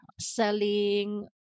selling